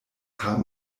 haben